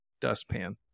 dustpan